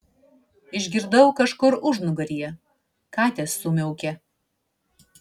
išgirdau kažkur užnugaryje katės sumiaukė